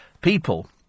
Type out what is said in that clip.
people